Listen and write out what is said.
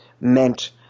meant